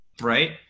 Right